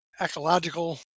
Ecological